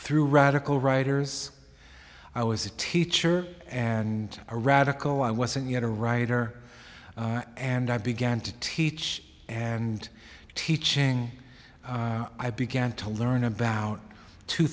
through radical writers i was a teacher and a radical i wasn't yet a writer and i began to teach and teaching i began to learn about two